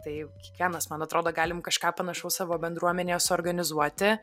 tai kiekvienas man atrodo galim kažką panašaus savo bendruomenėje suorganizuoti